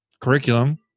curriculum